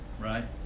right